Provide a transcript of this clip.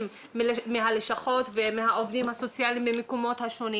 ומהלשכות והעובדים הסוציאליים במקומות השונים.